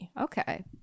Okay